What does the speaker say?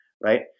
right